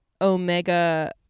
Omega